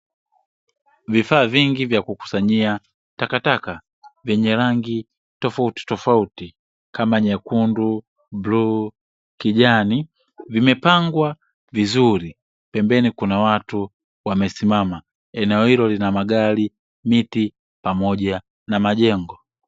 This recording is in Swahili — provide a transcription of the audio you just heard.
Vifaa vingi vya kukusanyia takataka, vyenye rangi tofautitofauti kama; nyekundu, bluu na kijani, vimepangwa vizuri, pembeni kuna watu wamesimama, eneo hilo lina magari, miti pamoja na majengo.